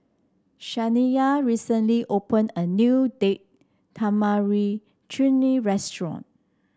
Shaniya recently opened a new Date Tamarind Chutney Restaurant